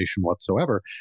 whatsoever